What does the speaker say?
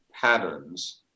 patterns